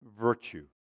virtue